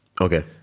Okay